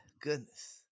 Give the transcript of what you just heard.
goodness